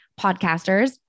podcasters